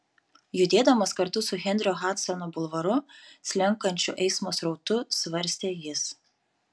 judėdamas kartu su henrio hadsono bulvaru slenkančiu eismo srautu svarstė jis